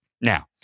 Now